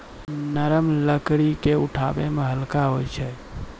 नरम लकड़ी क उठावै मे हल्का होय छै